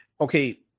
Okay